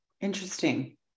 Interesting